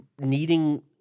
needing